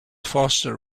faster